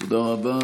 תודה רבה.